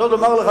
אף זאת אומר לך,